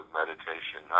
meditation